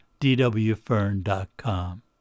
dwfern.com